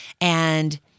And-